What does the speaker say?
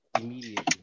immediately